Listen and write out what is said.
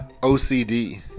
OCD